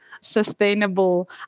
sustainable